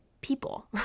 people